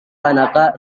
tanaka